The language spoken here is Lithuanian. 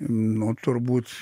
nu turbūt